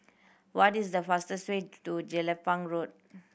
what is the fastest way to Jelapang Road